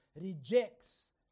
rejects